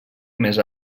més